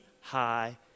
high